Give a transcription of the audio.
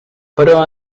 però